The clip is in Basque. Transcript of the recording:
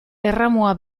erramua